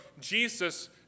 Jesus